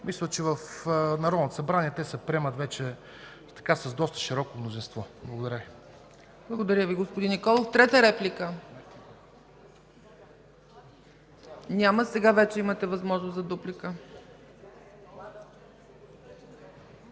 Мисля, че в Народното събрание те се приемат вече с доста широко мнозинство. Благодаря. ПРЕДСЕДАТЕЛ ЦЕЦКА ЦАЧЕВА: Благодаря Ви, господин Николов. Трета реплика? Няма. Сега вече имате възможност за дуплика,